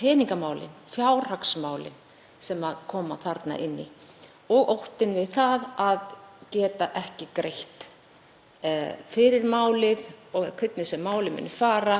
peningamálin, fjárhagsmálin, sem koma inn og óttinn við það að geta ekki greitt fyrir málið, hvernig sem málið muni fara,